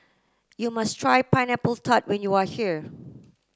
you must try pineapple tart when you are here